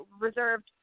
reserved